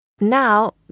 now